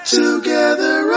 together